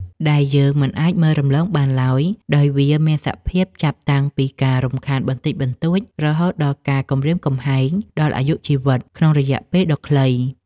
ដែលយើងមិនអាចមើលរំលងបានឡើយ ដោយវាមានសភាពចាប់តាំងពីការរំខានបន្តិចបន្តួច រហូតដល់ការគំរាមកំហែងដល់អាយុជីវិតក្នុងរយៈពេលដ៏ខ្លី។